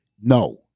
no